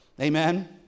Amen